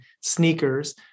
sneakers